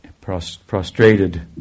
prostrated